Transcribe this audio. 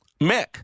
Mick